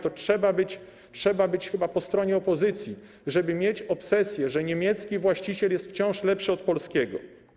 Trzeba być chyba po stronie opozycji, żeby mieć obsesję, że niemiecki właściciel jest wciąż lepszy od polskiego.